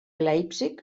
leipzig